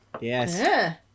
Yes